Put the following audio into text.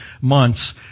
months